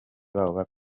babo